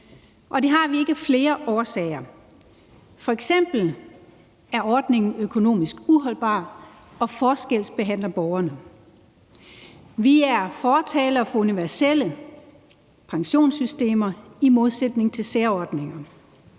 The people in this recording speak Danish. Det har vi ikke af flere årsager. F.eks. er ordningen økonomisk uholdbar og forskelsbehandler borgerne. Vi er fortalere for universelle pensionssystemer i modsætning til særordninger.